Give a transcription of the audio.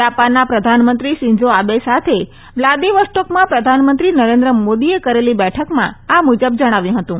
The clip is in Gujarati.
જાપાનના પ્રધાનમંત્રી શિન્ઝો આબે સાથે વ્લાદિવોસ્ટોકમાં પ્રધાનમંત્રી નરેન્દ્ર મોદીએ કરેલી બેઠકમાં આ મુજબ જણાવ્યું હતું